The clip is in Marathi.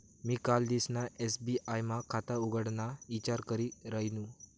मी कालदिसना एस.बी.आय मा खाता उघडाना ईचार करी रायनू